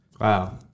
Wow